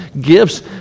gifts